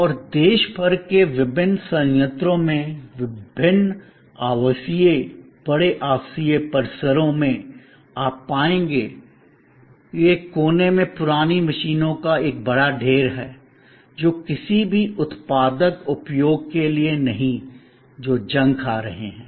और देश भर के विभिन्न संयंत्रों में विभिन्न आवासीय बड़े आवासीय परिसरों में आप पाएंगे कि एक कोने में पुरानी मशीनों का एक बड़ा ढेर है जो किसी भी उत्पादक उपयोग के लिए नहीं जो जंग खा रहे हैं